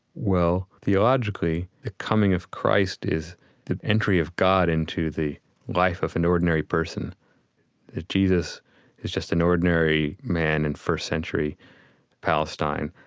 well, theologically, the coming of christ is the entry of god into the life of an ordinary person, that jesus is just an ordinary man in first century palestine,